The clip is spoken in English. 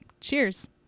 Cheers